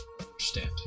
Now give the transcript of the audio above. Understand